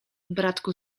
bratku